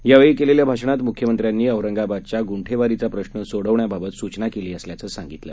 यावेळी केलेल्या भाषणात मुख्यमंत्र्यांनी औरंगाबादच्या गुंठेवारीचा प्रश्न सोडवण्याबाबत सूचना केली असल्याचं सांगितलं